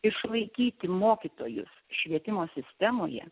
išlaikyti mokytojus švietimo sistemoje